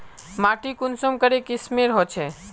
माटी कुंसम करे किस्मेर होचए?